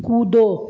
कूदो